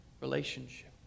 relationship